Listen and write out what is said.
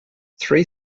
three